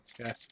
Okay